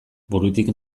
burutik